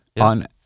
On